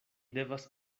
devas